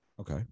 Okay